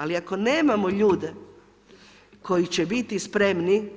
Ali, ako nemamo ljude, koji će biti spremni,